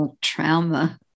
trauma